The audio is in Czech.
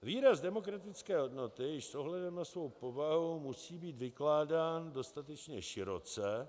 Výraz demokratické hodnoty již s ohledem na svou povahu musí být vykládán dostatečně široce.